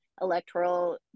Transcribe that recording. electoral